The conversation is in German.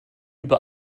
über